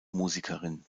musikerin